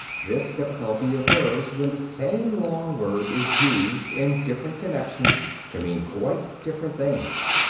this difficulty occurs when the same long word is used in different connections to mean quite different things.